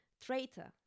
traitor